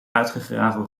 uitgegraven